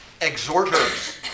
exhorters